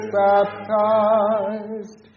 baptized